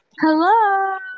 hello